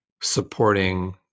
supporting